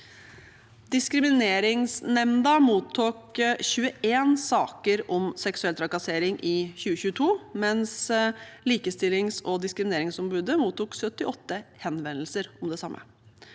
Diskrimineringsnemnda mottok 21 saker om seksuell trakassering i 2022, mens Likestillings- og diskrimineringsombudet mottok 78 henvendelser om det samme.